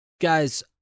guys